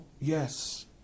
Yes